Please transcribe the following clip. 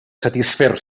satisfer